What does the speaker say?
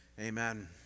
Amen